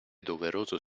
doveroso